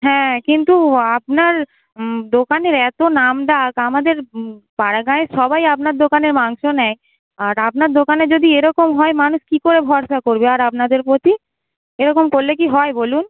হ্যাঁ কিন্তু আপনার দোকানের এত নাম ডাক আমাদের পাড়াগাঁয়ের সবাই আপনার দোকানে মাংস নেয় আর আপনার দোকানে যদি এরকম হয় মানুষ কী করে ভরসা করবে আর আপনাদের প্রতি এরকম করলে কি হয় বলুন